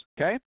okay